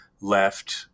left